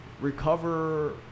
Recover